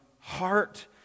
heart